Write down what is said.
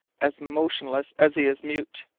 as motionless as he is mute.